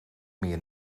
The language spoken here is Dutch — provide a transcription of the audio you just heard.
meer